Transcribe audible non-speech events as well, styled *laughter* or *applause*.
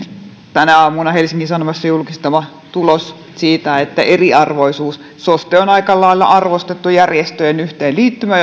tänä aamuna helsingin sanomissa julkistama tulos siitä että eriarvoisuus soste on aika lailla arvostettu järjestöjen yhteenliittymä *unintelligible*